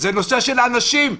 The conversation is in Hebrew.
זה נושא של אנשים,